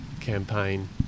campaign